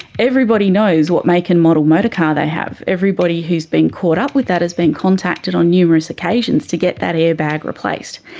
everybody knows what make and model motorcar they have, everybody who's been caught up with that has been contacted on numerous occasions to get that airbag replaced.